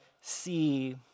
see